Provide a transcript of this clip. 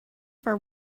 for